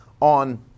on